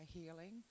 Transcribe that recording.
healing